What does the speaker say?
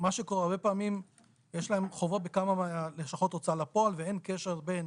הרבה פעמים יש להם חובות בכמה לשכות הוצאה לפועל ואין קשר בין